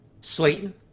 Slayton